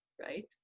right